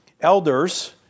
Elders